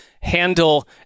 handle